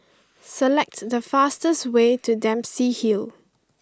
select the fastest way to Dempsey Hill